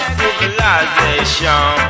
civilization